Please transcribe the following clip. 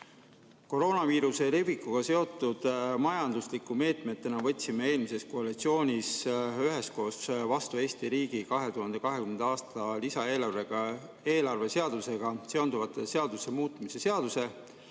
Koroonaviiruse levikuga seotud majandusliku meetmena võtsime eelmises koalitsioonis üheskoos vastu Eesti riigi 2020. aasta lisaeelarve seadusega seonduvate seaduste muutmise seaduse,